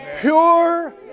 Pure